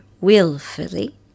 willfully